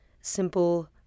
simple